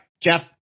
Jeff